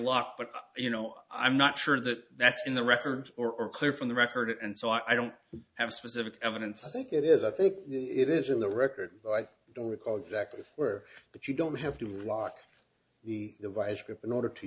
lock but you know i'm not sure that that's in the records or clear from the record and so i don't have specific evidence i think it is i think it is in the record but i don't recall exactly where but you don't have to lock the vice grip in order to